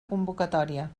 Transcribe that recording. convocatòria